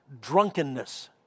drunkenness